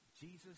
Jesus